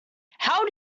how